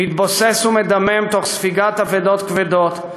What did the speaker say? מתבוסס ומדמם תוך ספיגת אבדות כבדות,